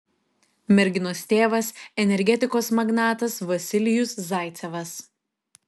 merginos tėvas energetikos magnatas vasilijus zaicevas